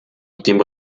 dem